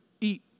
eat